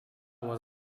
was